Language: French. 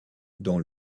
dont